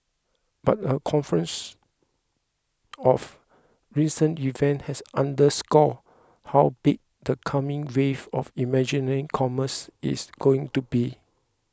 but a confluence of recent events has underscored how big the coming wave of imaginary commerce is going to be